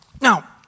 Now